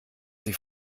sie